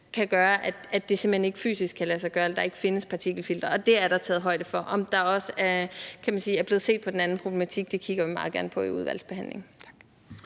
kan gøre, at det simpelt hen ikke fysisk kan lade sig gøre, eller at der ikke findes partikelfiltre, og det er der taget højde for. Om der også er blevet set på den anden problematik, kigger vi meget gerne på i udvalgsbehandlingen.